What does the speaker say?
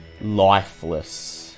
lifeless